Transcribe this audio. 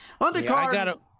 Undercard